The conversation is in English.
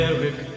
Eric